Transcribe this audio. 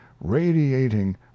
radiating